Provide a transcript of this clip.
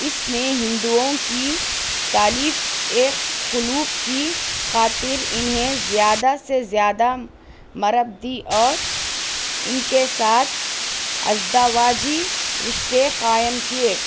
اس نے ہندوؤں كى تاليف ایک قلوب كى خاطر انہیں زیادہ سے زیادہ مرددی اور ان کے ساتھ ازدواجی رشتے قائم کیے